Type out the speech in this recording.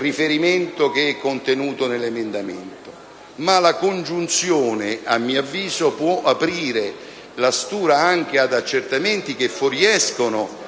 riferimento contenuto nell'emendamento, ma la congiunzione «e», a mio avviso, può aprire la stura anche ad accertamenti che fuoriescono